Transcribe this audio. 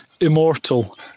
immortal